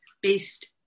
based